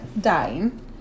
dying